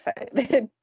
excited